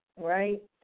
right